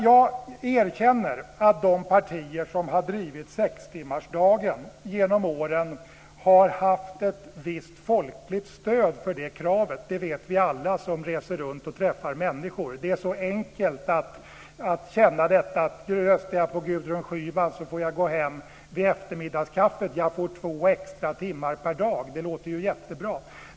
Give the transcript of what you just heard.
Jag erkänner att de partier som har drivit sextimmarsdagen genom åren har haft ett visst folkligt stöd för det kravet. Det vet alla vi som reser runt och träffar människor. Det är så enkelt att känna att nu röstar jag på Gudrun Schyman så får jag gå hem vid eftermiddagskaffet. Jag får två extra timmar per dag. Det låter ju jättebra.